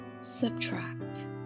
Subtract